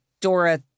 Dora